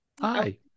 Hi